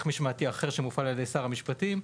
משמעתי אחר שמופעל על ידי שר המשפטים,